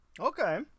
Okay